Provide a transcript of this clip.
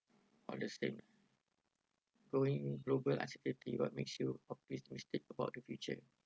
all the same going global as if it will makes you optimistic about the future